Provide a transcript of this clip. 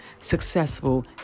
successful